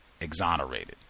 exonerated